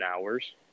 hours